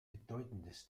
bedeutendes